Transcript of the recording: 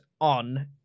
on